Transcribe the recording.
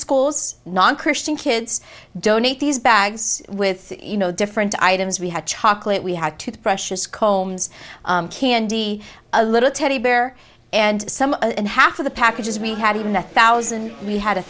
school non christian kids donate these bags with you know different items we had chocolate we had two precious combs candy a little teddy bear and some half of the packages we had even a thousand we had a